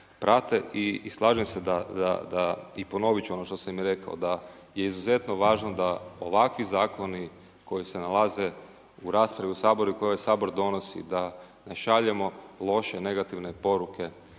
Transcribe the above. prate i slažem se da i ponoviti ću i ono što sam rekao, da je izuzetno važno da ovakvi zakoni, koji se nalaze u raspravi u Saboru i koje Sabor donosi da šaljemo loše negativne poruke